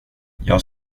jag